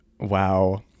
Wow